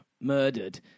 murdered